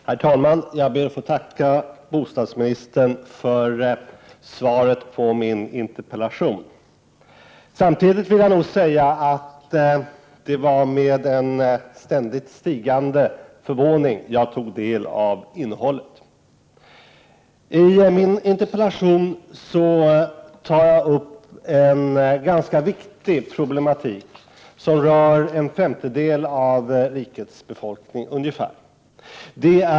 Herr talman! Jag ber att få tacka bostadsministern för svaret på min interpellation. Samtidigt vill jag säga att det var med ständigt stigande förvåning jag tog del av innehållet. I min interpellation tar jag upp en ganska viktig problematik som rör ungefär en femtedel av rikets befolkning.